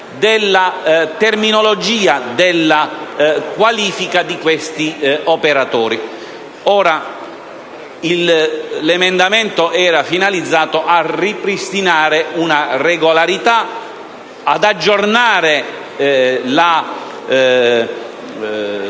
della terminologia della qualifica di questi operatori. L’emendamento da me presentato era finalizzato a ripristinare una regolarita, ad aggiornare la